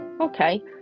Okay